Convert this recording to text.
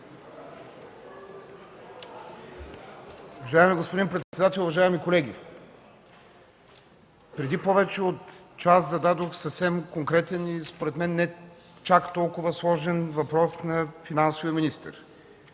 Уважаеми господин председател, уважаеми колеги! Преди повече от час зададох съвсем конкретен и според мен не чак толкова сложен въпрос на финансовия министър.